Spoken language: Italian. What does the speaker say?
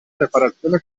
preparazione